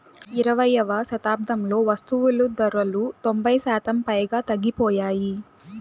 ఇరవైయవ శతాబ్దంలో వస్తువులు ధరలు తొంభై శాతం పైగా తగ్గిపోయాయి